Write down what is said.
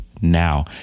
now